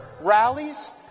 rallies